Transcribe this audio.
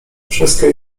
wszystkie